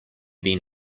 been